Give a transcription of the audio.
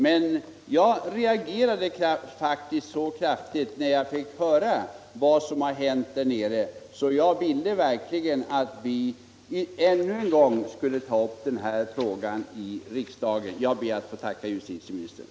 Men jag reagerade faktiskt så kraftigt när jag fick höra talas om dessa händelser i Halland, att jag verkligen ville att vi ännu en gång skulle ta upp denna fråga här i riksdagen. Jag ber att än en gång att få tacka justitieministern.